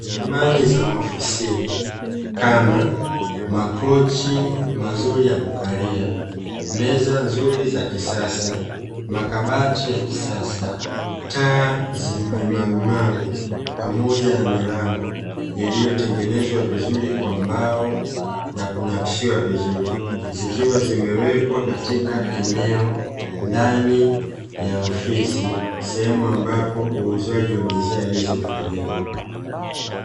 Samani za maofisini, kama: makochi mazuri ya kukalia, meza nzuri za kisasa, makabati ya kisasa, taa zenye marumaru pamoja na milango iliyotengenezwa vizuri kwa mbao na kunakishiwa vizuri, zikiwa zimewekwa katika eneo ndani ya ofisi, sehemu ambapo uuzaji wa bidhaa hizo hufanyika.